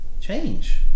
change